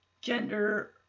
gender